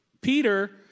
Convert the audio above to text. Peter